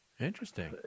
Interesting